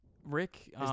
Rick